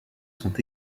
sont